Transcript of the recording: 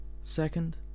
second